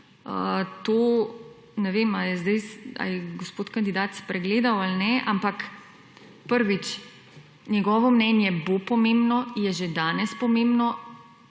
To ne vem ali je gospod kandidat spregledal ali ne, ampak, prvič, njegovo mnenje bo pomembno, je že danes pomembno,